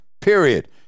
period